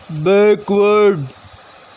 backward